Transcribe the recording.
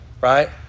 right